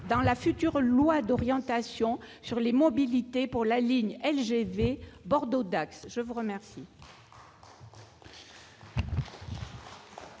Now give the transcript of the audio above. dans la future loi d'orientation sur les mobilités pour la ligne LGV Bordeaux-Dax ? J'invite les